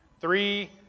Three